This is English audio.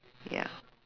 ya